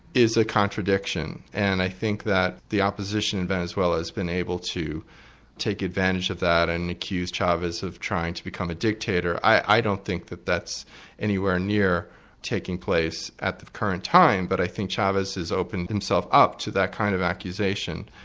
a contradiction. and i think that the opposition in venezuela has been able to take advantage of that and accused chavez of trying to become a dictator. i don't think that that's anywhere near taking place at the current time, but i think chavez has opened himself up to that kind of accusation,